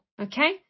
Okay